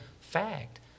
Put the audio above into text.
fact